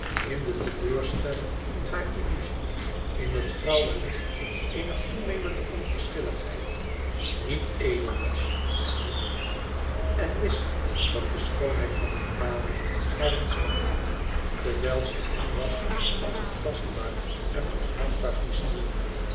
in de teleurstelling van hare illuzie in het grauwe licht eener toeneinende onverschilligheid niet edel was en niet goed en wist zij dat de schoonheid van italië haar ontsnapte terwijl ze hem was als een tastbaar en omhelsbaar vizioen